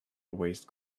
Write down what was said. waste